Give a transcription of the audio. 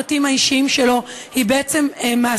שגופים מסחריים מעבירים ביניהם מידע ופרטים אישיים כדי ליצור התקשרות